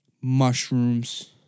mushrooms